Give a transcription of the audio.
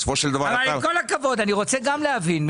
עם כל הכבוד אני רוצה גם להבין,